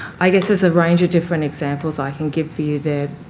i guess there's a range of different examples i can give for you there.